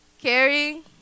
Caring